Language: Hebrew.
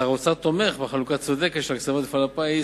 שר האוצר תומך בחלוקה צודקת של הקצבות מפעל הפיס